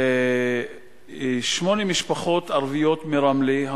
שמונה משפחות ערביות מרמלה,